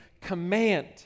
command